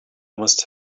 must